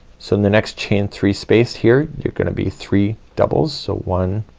so in the next chain three space here you're gonna be three doubles so one,